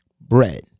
Bread